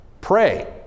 Pray